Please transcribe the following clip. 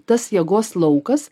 tas jėgos laukas